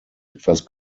etwas